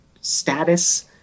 status